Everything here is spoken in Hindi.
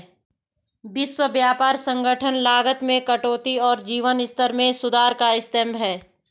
विश्व व्यापार संगठन लागत में कटौती और जीवन स्तर में सुधार का स्तंभ है